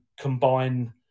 combine